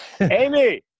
Amy